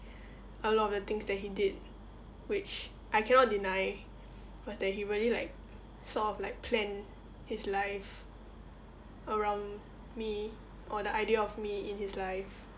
a lot of the things that he did which I cannot deny was that he really like sort of like plan his life around me or the idea of me in his life